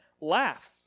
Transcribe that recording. laughs